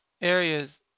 areas